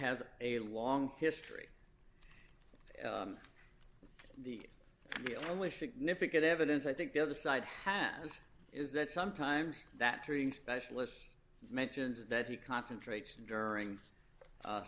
has a long history the only significant evidence i think the other side has is that sometimes that training specialists mentions that he concentrates during